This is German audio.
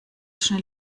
schnell